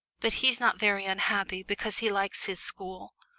but he's not very unhappy, because he likes his school.